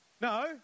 No